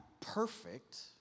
perfect